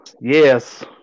Yes